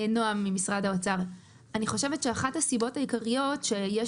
אני חושבת שאחת הסיבות העיקריות שיש